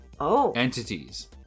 entities